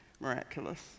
miraculous